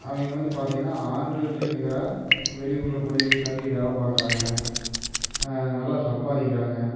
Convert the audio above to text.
அவங்க வந்து பார்த்திங்கன்னா ஆண்களுக்கு நிகராக வெளியூரில் போய் தங்கி வேலை பார்க்கறாங்க நல்லா சம்பாதிக்கிறாங்க